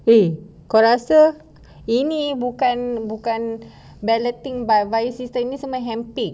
kau rasa ini bukan bukan balloting by via system ini semua hand pick